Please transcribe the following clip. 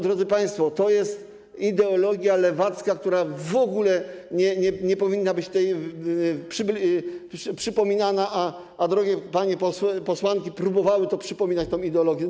Drodzy państwo, to jest ideologia lewacka, która w ogóle nie powinna być tutaj przypominana, a drogie panie posłanki próbowały przypominać tę ideologię.